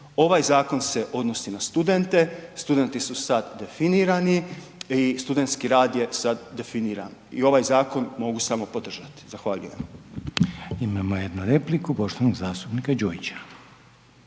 Ovaj zakon se odnosi na studente, studenti su sad definirani i studentski rad je sad definiran. I ovaj zakon mogu samo podržati. Zahvaljujem. **Reiner, Željko (HDZ)** Zahvaljujem.